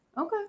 Okay